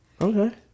Okay